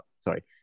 sorry